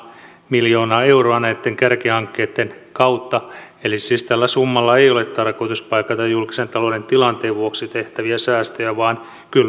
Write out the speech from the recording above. miljoonaa euroa näitten kärkihankkeitten kautta siis tällä summalla ei ole tarkoitus paikata julkisen talouden tilanteen vuoksi tehtäviä säästöjä vaan kylvää